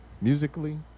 musically